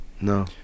No